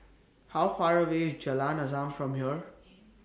How Far away IS Jalan Azam from here